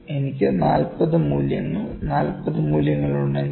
എനിക്ക് 40 മൂല്യങ്ങൾ 40 മൂല്യങ്ങൾ ഉണ്ടെങ്കിൽ